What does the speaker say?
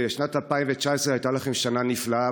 בשנת 2019 הייתה לכם שנה נפלאה.